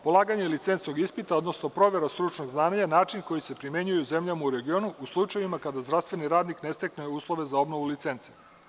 Polaganjem licencnog ispita, odnosno provera stručnog znanja je način koji se primenjuje u zemljama u regionu u slučajevima kada zdravstveni radnik ne stekne uslove za obnovu licence.